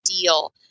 deal